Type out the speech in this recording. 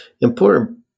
important